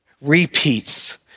repeats